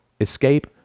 escape